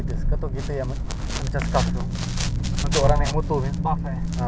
because aku tahu if I'm hook it might be a problem